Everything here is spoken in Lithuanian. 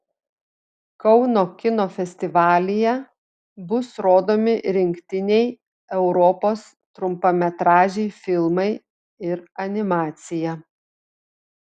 kauno kino festivalyje bus rodomi rinktiniai europos trumpametražiai filmai ir animacija